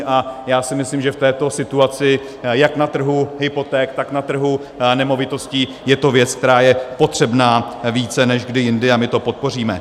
A já si myslím, že v této situaci jak na trhu hypoték, tak na trhu nemovitostí je to věc, která je potřebná více než kdy jindy, a my to podpoříme.